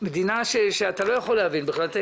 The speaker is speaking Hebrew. זו התנהלות של המדינה שאתה לא יכול בכלל להבין אותה.